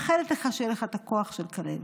אני מאחלת לך שיהיה לך את הכוח של כלב.